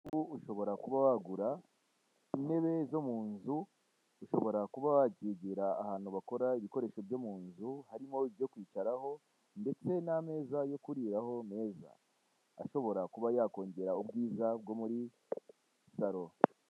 Ubu ushobora kuba wagura intebe zo mu nzu ushobora kuba wakigira ahantu bakora ibikoresho byo mu nzu harimo ibyo kwicaraho ndetse n'ameza yo kuriraho meza ashobora kuba yakongera ubwiza bwo muri salo.